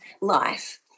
life